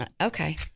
Okay